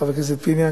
חבר הכנסת פיניאן,